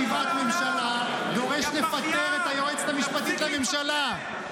אתה שר בממשלה, אתה שר בממשלה, תמשול.